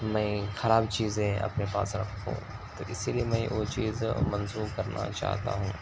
میں خراب چیزیں اپنے پاس رکھوں تو اسی لیے میں وہ چیز منسوخ کرنا چاہتا ہوں